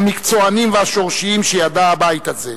המקצוענים והשורשיים שידע הבית הזה.